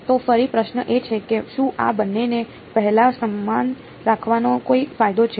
તો ફરી પ્રશ્ન એ છે કે શું આ બંનેને પહેલા સમાન રાખવાનો કોઈ ફાયદો છે